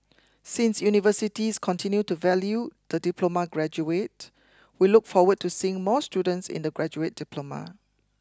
since universities continue to value the diploma graduate we look forward to seeing more students in the graduate diploma